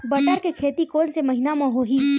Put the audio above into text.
बटर के खेती कोन से महिना म होही?